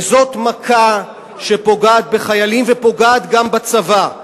וזאת מכה שפוגעת בחיילים ופוגעת גם בצבא.